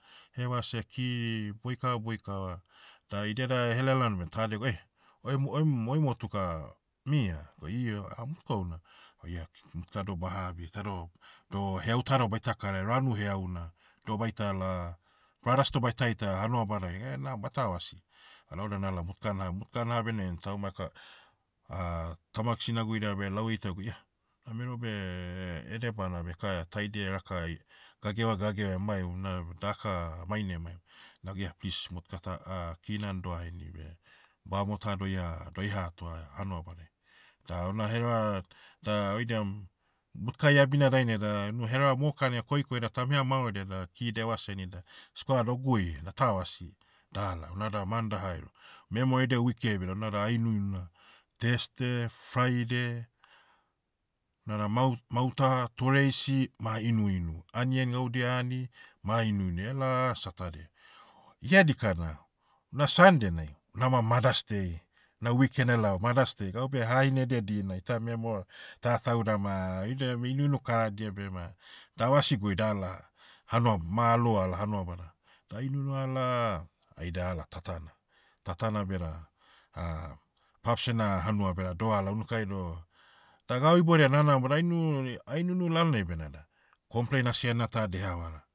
Hevasea kiri, boikaboikava. Da idia da, ehelai laonai be ta dego oeh, oem- oem- oem motuka, mia. Go io, ah motuka houna. Oia, k- motuka doh baha abi itado, doh heau tado baita karaia ranu heauna. Doh baitala, brothers dobaita ita hanuabadai, nam baita vasi. Alauda nala motuka nahab motuka nahabia nen tauma eka, tamag sinaguida beh lau eitagu ia, na mero beh, edebana beka taidia eraka i- gagevagageva emaim na, daka, maina emaim. Naga iah pis, motuka ta- kinan doh aheni beh, bamo ta doaia, doaiha atoa, hanua badai. Da ouna hereva, da oidiam, motuka iabina dainai da, unu hereva mokan ea koikoi da tame hamaorodia da ki devas heni da, squad ogui, data vasi. Dala, unada mandahaero. Memero edia wikiai beda unada ah inuinua. Thursday, friday, nada mau- mauta, tore isi, ma inuinu. Anian gaudia ani, ma inuinu ela, saturday. Iha dikana, una sunday nai, unama mothers day. Na weekend elaom mother days. Gaube hahine edia dina ita memero, tatau dama, oidam, inuinu karadia bema. Davasi gui dala, hanuab- ma alou ala hanuabada. Toh ainunu ala, aida ala tatana. Tatana beda, paps ena hanua beda doala unukai doh, da gau iboudai nanamo da ainunu- ainunu lalonai benada, complain asi anina ta deha vara.